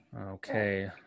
Okay